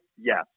yes